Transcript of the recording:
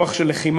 רוח של לחימה.